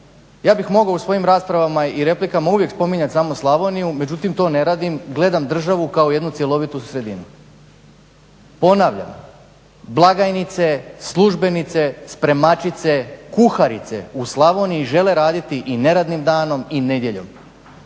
Ja bih mogao u svojim raspravama i replikama uvijek spominjat samo Slavoniju, međutim to ne radim, gledam državu kao jednu cjelovitu sredinu. Ponavljam, blagajnice, službenice, spremačice, kuharice u Slavoniji žele raditi i neradnim danom i nedjeljom,